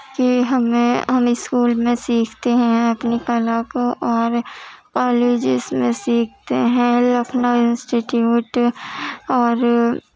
کہ ہمیں ہم اسکول میں سیکھتے ہیں اپنی کلا کو اور کالجز میں سیکھتے ہیں لکھنؤ انسٹیٹیوٹ اور